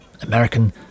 American